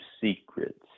Secrets